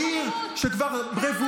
כמה בורות ----- בעיר שכבר רוויה,